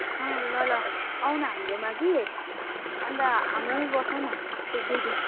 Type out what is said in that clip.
अँ ल ल आऊ न हाम्रोमा कि अन्त हाम्रोमै बस न एक दुई दिन